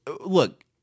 look